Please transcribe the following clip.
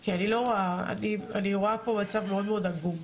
כי אני רואה פה מצב מאוד מאוד עגום.